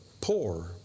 poor